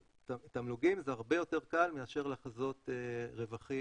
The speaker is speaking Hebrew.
תמלוגים זה הרבה יותר קל מאשר לחזות רווחים